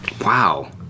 Wow